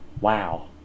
Wow